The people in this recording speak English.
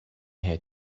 here